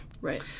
Right